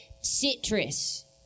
citrus